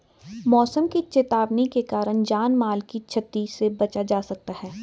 मौसम की चेतावनी के कारण जान माल की छती से बचा जा सकता है